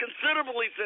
considerably